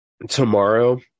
Tomorrow